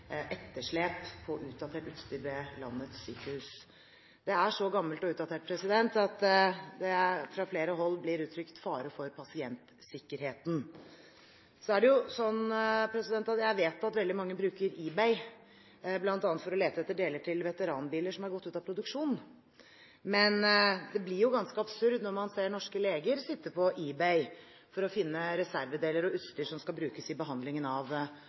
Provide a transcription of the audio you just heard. etterslep på utdatert utstyr ved landets sykehus. Det er så gammelt og utdatert at det fra flere hold blir uttrykt at det er fare for pasientsikkerheten. Jeg vet at veldig mange bruker eBay, bl.a. for å lete etter deler til veteranbiler som har gått ut av produksjon, men det blir jo ganske absurd når man ser norske leger sitte på eBay for å finne reservedeler og utstyr som skal brukes i behandlingen av